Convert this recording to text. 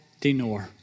Dinor